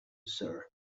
sir